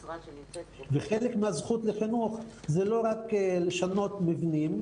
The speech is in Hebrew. וחלק מהזכות לחינוך זה לא רק לשנות מבנים,